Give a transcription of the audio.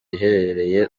iherereye